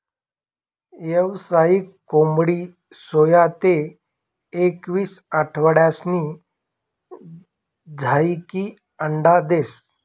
यावसायिक कोंबडी सोया ते एकवीस आठवडासनी झायीकी अंडा देस